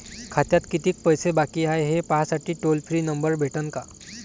खात्यात कितीकं पैसे बाकी हाय, हे पाहासाठी टोल फ्री नंबर भेटन का?